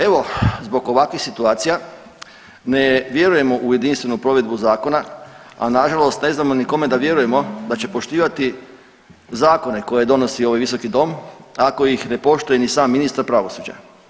Evo zbog ovakvih situacija ne vjerujemo u jedinstvenu provedbu zakona, a nažalost ne znamo ni kome da vjerujemo da će poštivati zakone koje donosi ovaj visoki dom ako ih ne poštuje ni sam ministar pravosuđa.